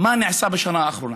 מה נעשה בשנה האחרונה.